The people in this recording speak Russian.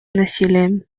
насилием